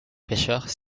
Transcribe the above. pêcheurs